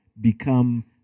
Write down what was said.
become